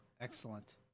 Excellent